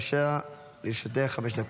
בבקשה, לרשותך חמש דקות.